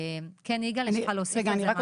כן יגאל, יש לך להוסיף משהו?